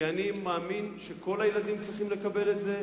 כי אני מאמין שכל הילדים צריכים לקבל את זה,